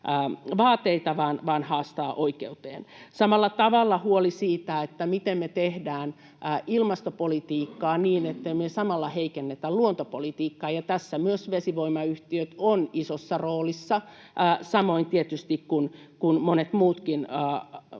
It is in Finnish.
vaan haastaa oikeuteen. Samalla tavalla on huoli siitä, miten me tehdään ilmastopolitiikkaa niin, ettei me samalla heikennetä luontopolitiikkaa, ja tässä myös vesivoimayhtiöt ovat isossa roolissa, samoin kuin tietysti monet muutkin valtion